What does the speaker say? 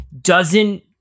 doesn't-